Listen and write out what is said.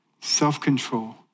self-control